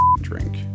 drink